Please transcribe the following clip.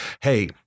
hey